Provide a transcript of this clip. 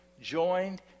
joined